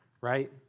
right